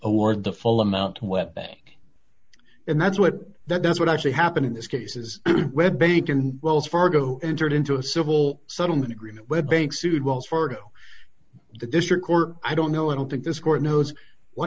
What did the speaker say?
award the full amount went back and that's what that's what actually happened in this case is wells fargo entered into a civil settlement agreement where bank sued wells fargo the district court i don't know i don't think this court knows what